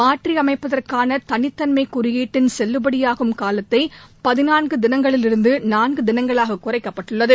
மாற்றியமைப்பதற்கான தனித்தன்மை குறியீட்டின் செல்லுபடியாகும் காலத்தை பதினான்கு தினங்களில் இருந்து நான்கு தினங்களாக குறைக்கப்பட்டுள்ளது